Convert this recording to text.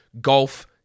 golf